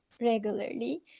regularly